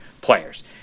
players